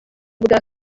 ubwa